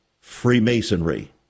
Freemasonry